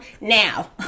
now